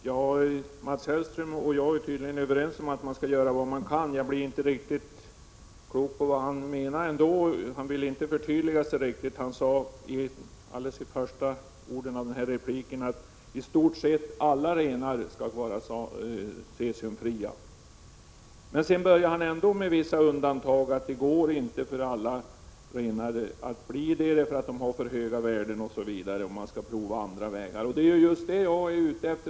Herr talman! Mats Hellström och jag är tydligen överens om att man skall göra vad man kan, men jag blir ändå inte riktigt klok på vad Mats Hellström menar. Han vill inte förtydliga sig riktigt. Han sade i början av sin replik att i stort sett alla renar skall vara cesiumfria nästa år, men sedan gjorde han ändå vissa undantag och sade att det inte går att få alla renar cesiumfria därför att de har för höga värden och att man skall pröva andra vägar. Det är ju just det jag är ute efter.